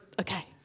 Okay